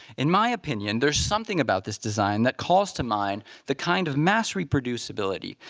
in my opinion, there's something about this design that calls to mind the kind of mass reproducibility,